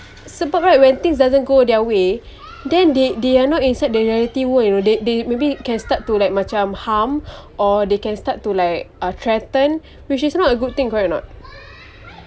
sebab right when things doesn't go their way then they they are not inside the reality world you know they they maybe can start to like macam harm or they can start to like threaten which is not a good thing correct or not